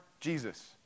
Jesus